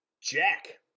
Jack